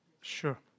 Sure